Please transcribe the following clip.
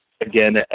again